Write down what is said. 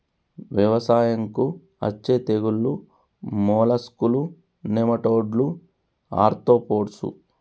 వ్యవసాయంకు అచ్చే తెగుల్లు మోలస్కులు, నెమటోడ్లు, ఆర్తోపోడ్స్